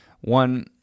one